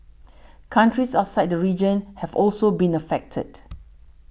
countries outside the region have also been affected